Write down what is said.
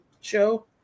show